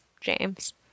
james